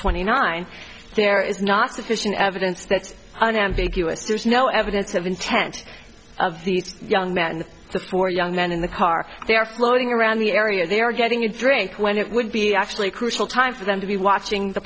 twenty nine there is not sufficient evidence that's unambiguous there's no evidence of intent of the young man and the four young men in the car they are floating around the area they are getting a drink when it would be actually a crucial time for them to be watching the